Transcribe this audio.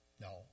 No